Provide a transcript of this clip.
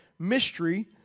mystery